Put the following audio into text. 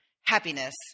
happiness